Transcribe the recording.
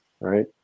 right